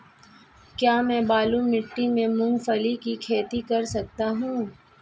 क्या मैं बालू मिट्टी में मूंगफली की खेती कर सकता हूँ?